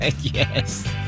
Yes